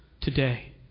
today